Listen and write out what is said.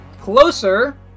closer